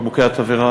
בקבוקי התבערה,